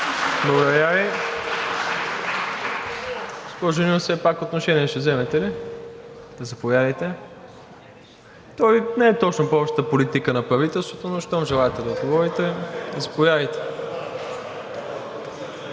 благодаря Ви. Госпожо Нинова, все пак отношение ще вземете ли? Заповядайте, то не е точно по общата политика на правителството, но щом желаете, да отговорите.